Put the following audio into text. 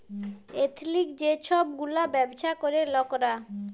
এথলিক যে ছব গুলা ব্যাবছা ক্যরে লকরা